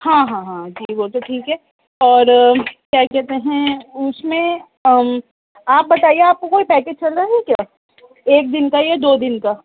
ہاں ہاں ہاں جی وہ تو ٹھیک ہے اور کیا کہتے ہیں اس میں اور آپ بتائیے آپ کو کوئی پیکیج چل رہا ہے کیا ایک دن کا یا دو دن کا